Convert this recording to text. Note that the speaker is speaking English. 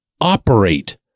operate